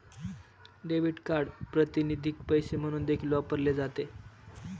debit card प्रातिनिधिक पैसे म्हणून देखील वापरले जाते